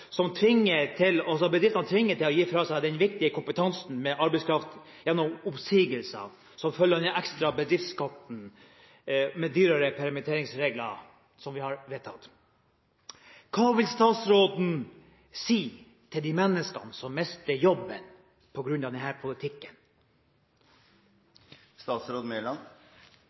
bedriftene tvinges til å gi fra seg den viktige kompetansen som arbeidskraft er, gjennom oppsigelser som følge av den ekstra bedriftsskatten med tilhørende permitteringsregler, som vi har vedtatt. Hva vil statsråden si til de menneskene som mister jobben